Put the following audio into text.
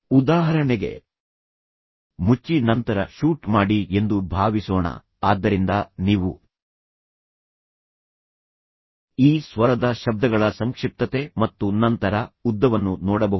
ಉದಾಹರಣೆಗೆ ಮುಚ್ಚಿ ನಂತರ ಶೂಟ್ ಮಾಡಿ ಎಂದು ಭಾವಿಸೋಣ ಆದ್ದರಿಂದ ನೀವು ಈ ಸ್ವರದ ಶಬ್ದಗಳ ಸಂಕ್ಷಿಪ್ತತೆ ಮತ್ತು ನಂತರ ಉದ್ದವನ್ನು ನೋಡಬಹುದು